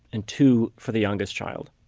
and two for the youngest child.